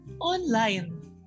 online